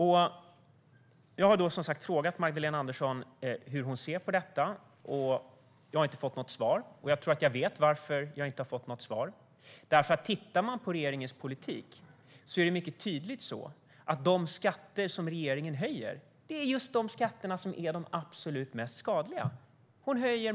Jag har som sagt frågat Magdalena Andersson hur hon ser på detta, och jag har inte fått något svar. Jag tror att jag vet varför jag inte har fått något svar. Tittar man på regeringens politik ser man nämligen att det är mycket tydligt att de skatter regeringen höjer är just de skatter som är absolut mest skadliga. Finansministern höjer